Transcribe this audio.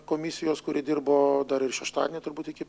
komisijos kuri dirbo dar ir šeštadienį turbūt iki